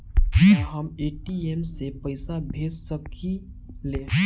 का हम ए.टी.एम से पइसा भेज सकी ले?